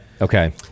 Okay